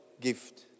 gift